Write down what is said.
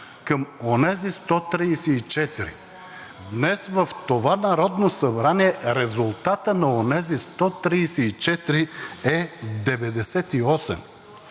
към онези 134. Днес в това Народно събрание резултатът на онези 134 е 98.